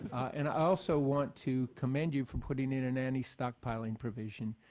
and i also want to command you from putting in an any stock piling provision.